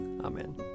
Amen